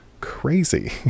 crazy